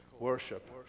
worship